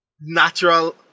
Natural